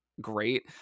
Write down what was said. great